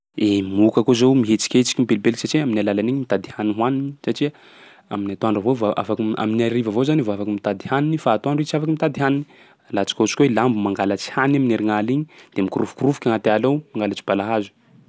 I moka koa zao mihetsiketsiky, mipelipeliky satsia amin'ny alalan'igny mitady hany hoaniny satsia amin'ny atoandro avao vao afak- amin'ny hariva avao zany i vao afaky mitady hany fa atoandro i tsy afaky mitady hany. Alantsika ohatsy koa hoe lambo mangalatsy hany amin'ny herignaly igny de mikorofokorofoky agnaty ala ao mangalatsy balahazo.